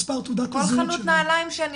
מספר תעודת הזהות --- כל חנות נעליים שאני